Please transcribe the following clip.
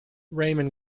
ramon